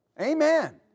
Amen